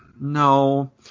No